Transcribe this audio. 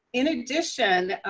in addition,